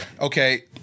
Okay